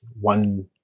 one